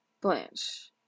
Blanche